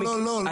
לא, לא, לא.